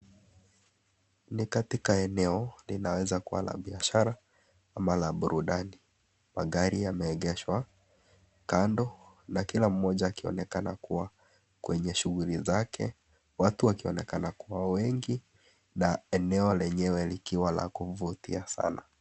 Ni katika eneo linaweza kuwa la biashara, ama la burudani. Magari yameegeshwa kando na kila mmoja akiwa anaonekana kuwa kwenye shughuli zake. Watu wakionekana kuwa wengi na eneo lenyewe likiwa la kuvutia sana.